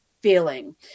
feeling